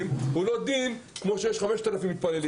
הוא לא דין כמו שיש 5,000 מתפללים.